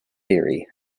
theory